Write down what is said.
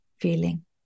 feeling